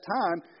time